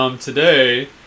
Today